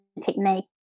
technique